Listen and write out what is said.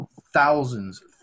thousands